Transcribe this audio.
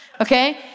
okay